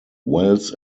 wells